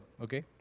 okay